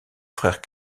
frère